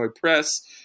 Press